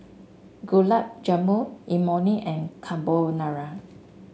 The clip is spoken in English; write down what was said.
Gulab Jamun Imoni and Carbonara